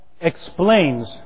explains